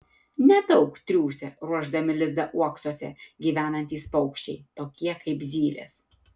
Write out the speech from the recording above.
nedaug triūsia ruošdami lizdą uoksuose gyvenantys paukščiai tokie kaip zylės